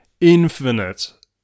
infinite